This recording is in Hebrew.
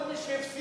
כל מי שהפסיד